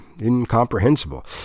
incomprehensible